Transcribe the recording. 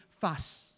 fast